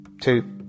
two